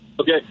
Okay